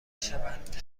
شوند